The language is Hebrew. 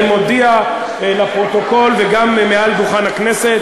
אני מודיע לפרוטוקול וגם מעל דוכן הכנסת